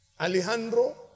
Alejandro